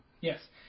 Yes